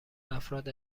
افراد